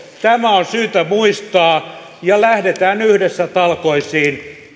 tämä on syytä muistaa lähdetään yhdessä talkoisiin